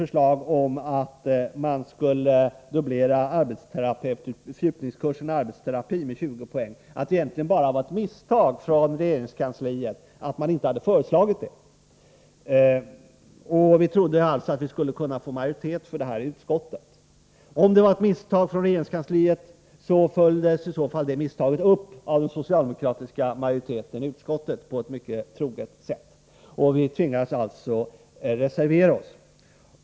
När vi i vår kööskolöutbildnin genom ytterligare 20 platser trodde vi att det egentligen bara var ett misstag från regeringskansliet att man inte hade föreslagit det. Vi trodde alltså att vi skulle kunna få majoritet för det i utskottet. Om det var ett misstag från regeringskansliet följdes det misstaget upp på ett mycket troget sätt av den socialdemokratiska majoriteten i utskottet. Vi tvingades alltså reservera oss.